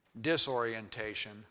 disorientation